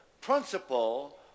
principle